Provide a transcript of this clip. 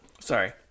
Sorry